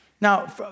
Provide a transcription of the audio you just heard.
Now